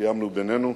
שקיימנו בינינו,